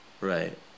Right